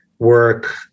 work